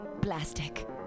plastic